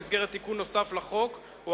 במסגרת תיקון נוסף לחוק זה,